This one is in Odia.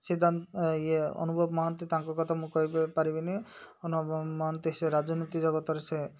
ସିଦ୍ଧାନ୍ତ ଇଏ ଅନୁଭବ ମହାନ୍ତି ତାଙ୍କ କଥା ମୁଁ କହି ପାରିବିନି ଅନୁଭବ ମହାନ୍ତି ସେ ରାଜନୀତି ଜଗତରେ ସେ